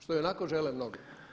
Što i onako žele mnogi.